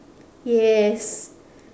yes